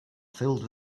filled